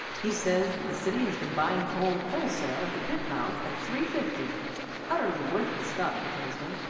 he says that the city has been buying coal wholesale at the pit mouth at three fifty utterly worthless stuff, he tells me.